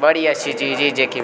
बड़ी अच्छी चीज ही जेह्की